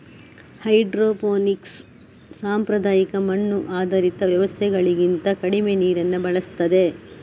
hydroponics ಸಾಂಪ್ರದಾಯಿಕ ಮಣ್ಣು ಆಧಾರಿತ ವ್ಯವಸ್ಥೆಗಳಿಗಿಂತ ಕಡಿಮೆ ನೀರನ್ನ ಬಳಸ್ತದೆ